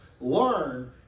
learn